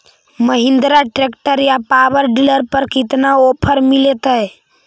Mahindra tractor या power dealer पर कितना ओफर मीलेतय?